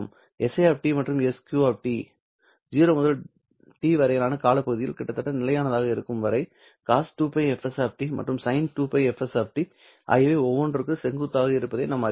si மற்றும் sq 0 முதல் t வரையிலான காலப்பகுதியில் கிட்டத்தட்ட நிலையானதாக இருக்கும் வரை cos 2πfst மற்றும் sin 2πfst ஆகியவை ஒன்றுக்கொன்று செங்குத்தாக இருப்பதை நாம் அறிவோம்